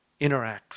interacts